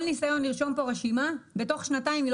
כל ניסיון לרשום פה רשימה בתוך שנתיים הרשימה